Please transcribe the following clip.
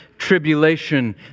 tribulation